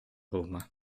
roma